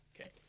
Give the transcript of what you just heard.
Okay